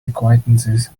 acquaintances